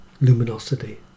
luminosity